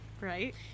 right